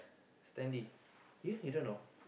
Stanley eh you don't know